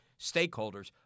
stakeholders